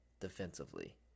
defensively